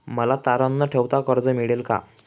मला तारण न ठेवता कर्ज मिळेल का?